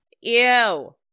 ew